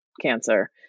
cancer